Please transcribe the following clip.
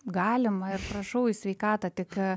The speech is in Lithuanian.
galima ir prašau į sveikatą tik